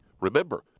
Remember